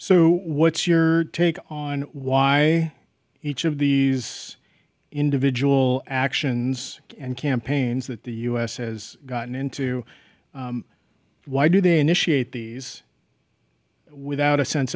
so what's your take on why each of these individual actions and campaigns that the u s has gotten into why do they initiate these without a sense